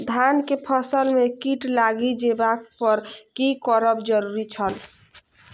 धान के फसल में कीट लागि जेबाक पर की करब जरुरी छल?